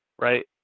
right